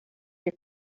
your